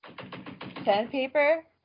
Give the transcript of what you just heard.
Sandpaper